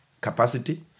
capacity